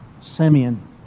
Simeon